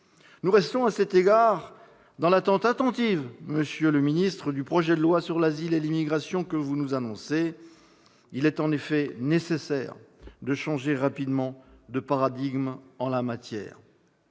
Nous restons à cet égard dans l'attente attentive, monsieur le ministre d'État, du projet de loi sur l'asile et l'immigration que vous nous annoncez. Il est en effet nécessaire de changer rapidement de paradigme en la matière.